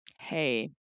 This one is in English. hey